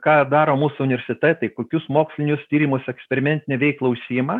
ką daro mūsų universitetai kokius mokslinius tyrimus eksperimentine veikla užsiima